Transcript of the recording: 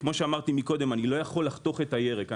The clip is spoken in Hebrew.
כפי שאמרתי קודם אני לא יכול לחתוך את הירק.